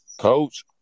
Coach